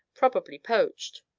probably poached.